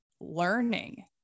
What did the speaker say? learning